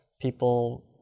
people